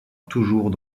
toujours